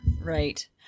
Right